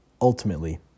ultimately